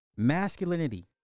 Masculinity